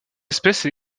espèce